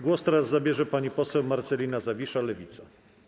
Głos teraz zabierze pani poseł Marcelina Zawisza, Lewica.